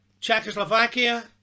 czechoslovakia